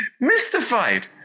Mystified